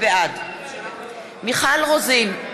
בעד מיכל רוזין,